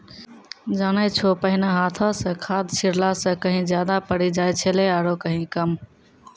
जानै छौ पहिने हाथों स खाद छिड़ला स कहीं ज्यादा पड़ी जाय छेलै आरो कहीं कम